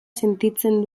sentitzen